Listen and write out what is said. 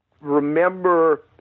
remember